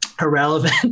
irrelevant